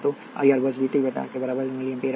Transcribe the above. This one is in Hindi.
तो I r बस V बटा R के बराबर है जो कि 1 मिली एम्पीयर है